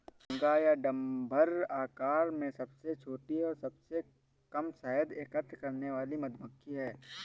भुनगा या डम्भर आकार में सबसे छोटी और सबसे कम शहद एकत्र करने वाली मधुमक्खी है